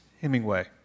Hemingway